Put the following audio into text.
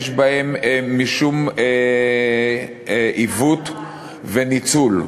יש בהם משום עיוות וניצול.